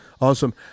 Awesome